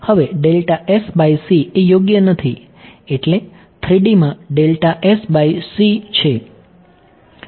હવે એ યોગ્ય નથી એટ્લે 3D માં છે